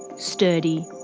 sturdy.